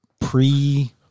pre-